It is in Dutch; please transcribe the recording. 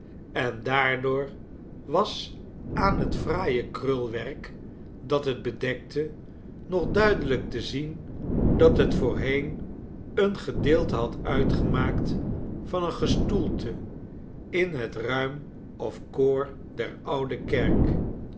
en daardoor was aan het fraaie krulwerk dat het bedekte nog duidelijk te zien dat het voorheen een gedeelte had uitgemaakt van een gestoelte in het ruim of koor der oude kerk